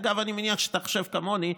אגב, אני מניח שאתה חושב כמוני,